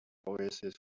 oasis